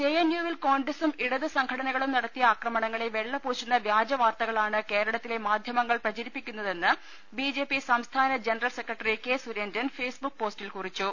J N U വിൽ കോൺഗ്രസും ഇടതു സംഘടനകളും നടത്തിയ ആക്രമണങ്ങളെ വെള്ള പൂശുന്ന വ്യാജ വാർത്തകളാണ് കേരളത്തിലെ മാധൃമങ്ങൾ പ്രചരിപ്പിക്കുന്നതെന്ന് ബി ജെ പി സംസ്ഥാന general secretary K Surendran Facebook പോസ്റ്റിൽ കുറിച്ചു